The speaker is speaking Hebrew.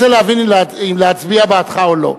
אני רוצה להבין, כדי להבין אם להצביע בעדך או לא.